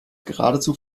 geradezu